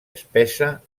espessa